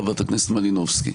חברת הכנסת מלינובסקי,